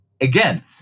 again